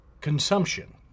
consumption